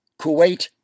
Kuwait